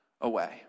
away